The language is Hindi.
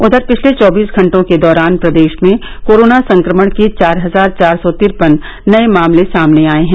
उधर पिछले चौबीस घंटों के दौरान प्रदेश में कोरोना संक्रमण के चार हजार चार सौ तिरपन नए मामले सामने आए हैं